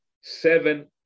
seven